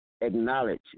acknowledge